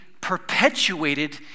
perpetuated